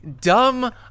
dumb